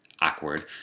awkward